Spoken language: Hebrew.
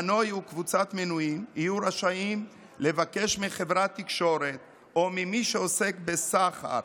מנוי או קבוצת מנויים יהיו רשאים לבקש מחברת תקשורת או ממי שעוסק בסחר